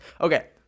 Okay